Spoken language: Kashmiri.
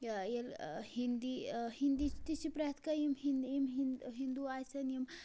ییٚلہِ ہِندی ہِندی تہِ چھِ پرٮ۪تھ کانٛہہ یِم ہِن یِم ہِندوٗ آسن یِم